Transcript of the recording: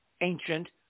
ancient